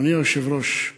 אדוני היושב-ראש,